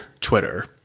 Twitter